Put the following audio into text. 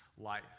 life